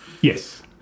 yes